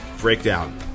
Breakdown